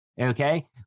Okay